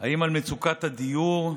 האם במצוקת הדיור?